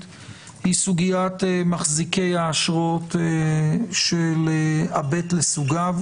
היא סוגיית מחזיקי האשרות של ה-ב לסוגיו.